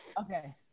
Okay